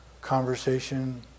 conversation